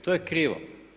To je krivo.